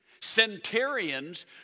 centurions